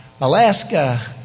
Alaska